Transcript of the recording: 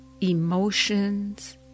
emotions